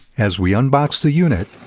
as we unbox the unit,